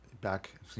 back